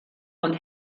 und